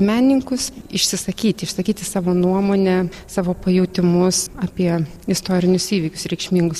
menininkus išsisakyti išsakyti savo nuomonę savo pajautimus apie istorinius įvykius reikšmingus